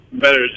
better